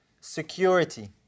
security